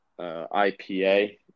IPA